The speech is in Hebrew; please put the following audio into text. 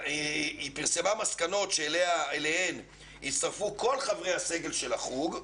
היא פרסמה מסקנות שאליהן הצטרפו כל חברי הסגל של החוג.